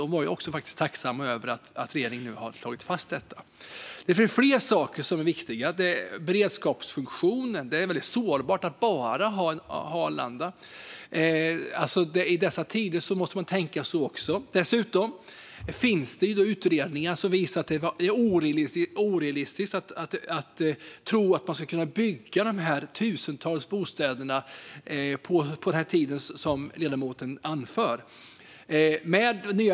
De var tacksamma över att regeringen nu har slagit fast detta. Det finns fler saker som är viktiga. Det gäller beredskapsfunktionen. Det är väldigt sårbart att bara ha Arlanda. I dessa tider måste man också tänka så. Dessutom finns det utredningar som visar att det är orealistiskt att tro att man ska kunna bygga dessa tusentals bostäder på den tid som ledamoten anför.